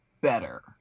better